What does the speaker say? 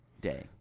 day